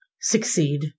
succeed